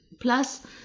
Plus